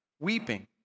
weeping